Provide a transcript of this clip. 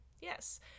yes